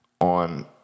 on